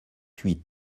huit